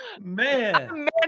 Man